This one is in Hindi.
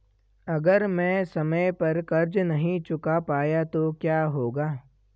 अगर मैं समय पर कर्ज़ नहीं चुका पाया तो क्या होगा?